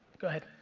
go ahead.